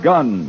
Gun